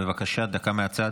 בבקשה, דקה מהצד.